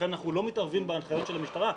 לכן אנחנו לא מתערבים בהנחיות של המשטרה,